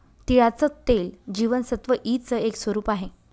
तिळाचं तेल जीवनसत्व ई च एक स्वरूप आहे